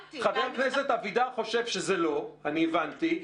חבר הכנסת אבידר חושב שזה לא, אני הבנתי.